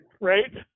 Right